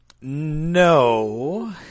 No